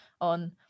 on